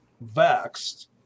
Vexed